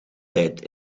tijd